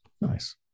Nice